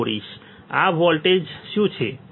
આ વોલ્ટ શું છે